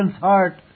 heart